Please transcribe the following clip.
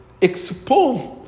exposed